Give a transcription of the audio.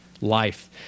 life